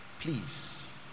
please